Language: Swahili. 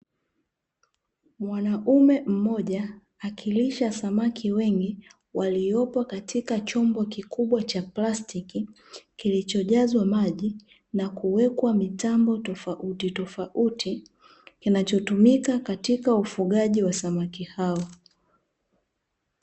Mwanaume mmoja akilisha samaki wengi waliopo katika chombo kikubwa cha plastiki, kilichojazwa maji na kuwekwa mitambo tofautitofauti, kinachotumika katika ufugaji wa samaki hao.